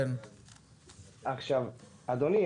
אדוני,